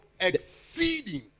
exceeding